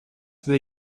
where